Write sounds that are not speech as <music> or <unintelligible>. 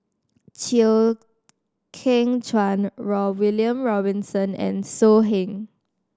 Chew Kheng Chuan <unintelligible> William Robinson and So Heng